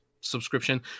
subscription